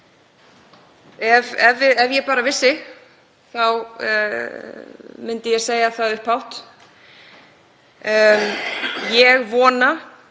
Ef ég bara vissi það þá myndi ég segja það upphátt. Ég vona